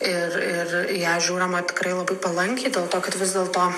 ir ir į ją žiūrima tikrai labai palankiai dėl to kad vis dėlto